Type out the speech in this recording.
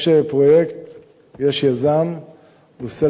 ביישוב עצמו.